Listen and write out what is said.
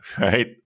right